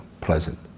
pleasant